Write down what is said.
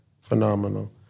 phenomenal